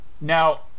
now